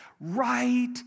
Right